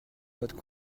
votre